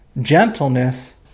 gentleness